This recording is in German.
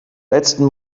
letzten